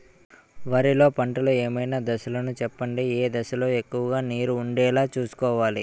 వరిలో పంటలు ఏమైన దశ లను చెప్పండి? ఏ దశ లొ ఎక్కువుగా నీరు వుండేలా చుస్కోవలి?